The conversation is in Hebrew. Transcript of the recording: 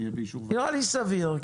נראה לי סביר,